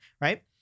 right